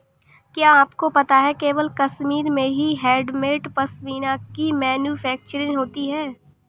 क्या आपको पता है केवल कश्मीर में ही हैंडमेड पश्मीना की मैन्युफैक्चरिंग होती है